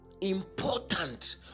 important